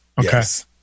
Yes